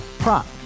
Prop